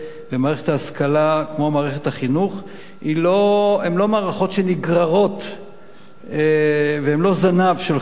מערכת ההשכלה ומערכת החינוך הן לא מערכות שנגררות והן לא זנב של חברה,